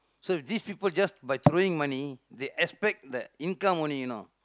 so if these people just by throwing money they expect the income only you know